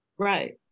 Right